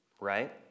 Right